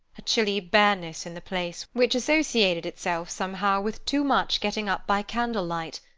a chilly bareness in the place, which associated itself somehow with too much getting up by candle-light,